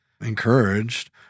encouraged